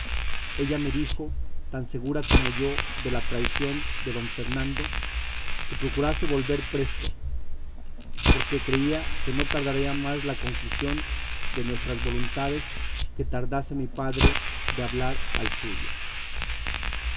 ella me dijo tan segura como yo de la traición de don fernando que procurase volver presto porque creía que no tardaría más la conclusión de nuestras voluntades que tardase mi padre de hablar al suyo